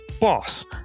Boss